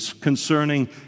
concerning